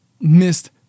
missed